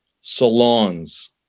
Salons